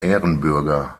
ehrenbürger